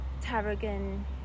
tarragon